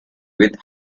with